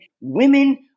Women